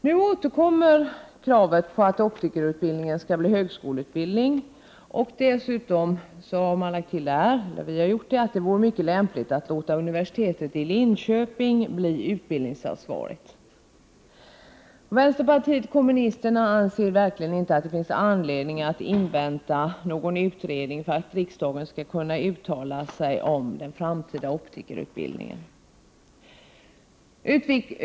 Nu återkommer kravet på att optikerutbildningen skall bli en högskoleutbildning, och dessutom har man lagt till att det vore mycket lämpligt att låta universitetet i Linköping få utbildningsansvaret. Vänsterpartiet kommunisterna anser verkligen inte att det finns anledning att invänta någon utredning för att riksdagen skall kunna uttala sig om den framtida optikerutbildningen.